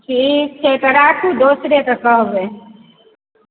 ठीक छै तऽ राखू दोसरेके कहबै